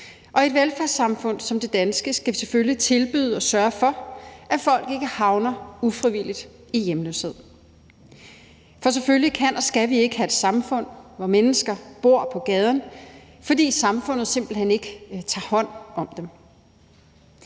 Og i et velfærdssamfund som det danske skal vi selvfølgelig tilbyde at sørge for, at folk ikke havner ufrivilligt i hjemløshed, for selvfølgelig kan og skal vi ikke have et samfund, hvor mennesker bor på gaden, fordi samfundet simpelt hen ikke tager hånd om dem.